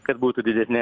kad būtų didesni